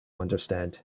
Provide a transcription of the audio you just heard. understand